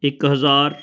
ਇੱਕ ਹਜ਼ਾਰ